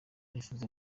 nifuza